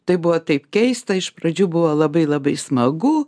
tai buvo taip keista iš pradžių buvo labai labai smagu